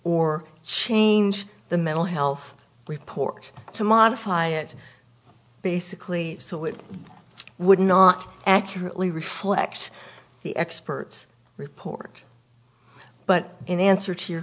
or change the mental health report to modify it basically so it would not accurately reflect the expert's report but in answer to your